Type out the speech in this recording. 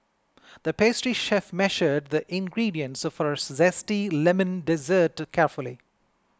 the pastry chef measured the ingredients for a Zesty Lemon Dessert carefully